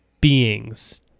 beings